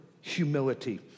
humility